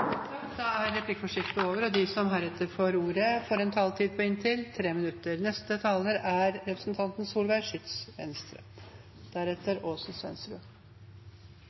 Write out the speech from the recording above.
er over. De talerne som heretter får ordet, har en taletid på inntil 3 minutter. Det er alvorlig at Norge fire ganger er